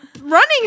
Running